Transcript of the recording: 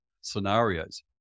scenarios